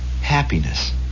Happiness